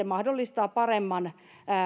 mahdollistaa paremman